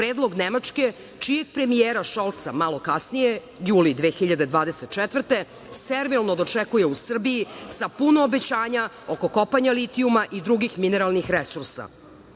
predlog Nemačke, čijeg premijera Šolca malo kasnije, juli 2024. godine, servilno dočekuje u Srbiji, sa puno obećanja oko kopanja litijuma i drugih mineralnih resursa? Kome